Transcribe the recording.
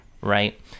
right